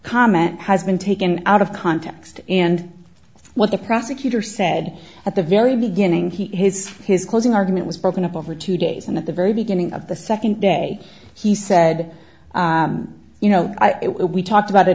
comment has been taken out of context and what the prosecutor said at the very beginning he his his closing argument was broken up over two days and at the very beginning of the second day he said you know it we talked about it